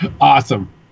Awesome